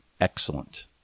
Excellent